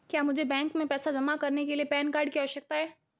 क्या मुझे बैंक में पैसा जमा करने के लिए पैन कार्ड की आवश्यकता है?